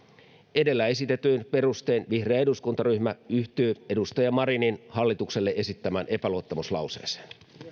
edellä esitetyin perustein vihreä eduskuntaryhmä yhtyy edustaja marinin hallitukselle esittämään epäluottamuslauseeseen